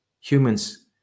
Humans